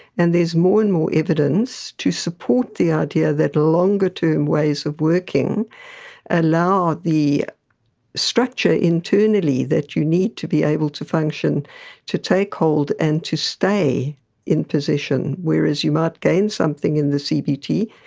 and there's more and more evidence to support the idea that longer-term ways of working allow the structure internally that you need to be able to function to take hold and to stay in position, whereas you might gain something in the cbt,